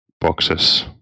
boxes